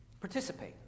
participate